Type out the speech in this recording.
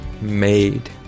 made